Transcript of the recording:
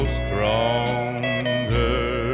stronger